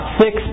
six